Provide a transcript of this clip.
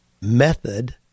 method